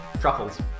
Truffles